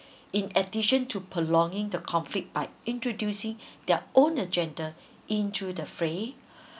in addition to prolonging the conflict by introducing their own agenda into the fray